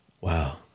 Wow